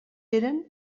eren